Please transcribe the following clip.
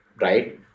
right